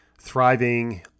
Thriving